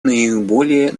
наиболее